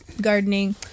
gardening